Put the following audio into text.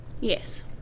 Yes